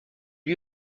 lui